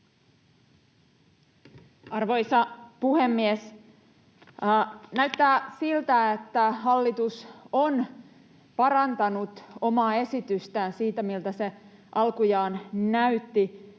Arvoisa puhemies! Näyttää siltä, että hallitus on parantanut omaa esitystään siitä, miltä se alkujaan näytti,